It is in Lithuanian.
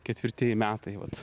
ketvirtieji metai vat